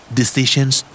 decisions